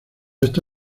este